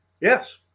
yes